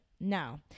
now